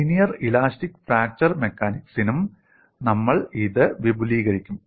linear elastic fracture മെക്കാനിക്സിനും നമ്മൾ ഇത് വിപുലീകരിക്കും